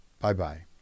Bye-bye